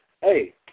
Hey